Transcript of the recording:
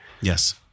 Yes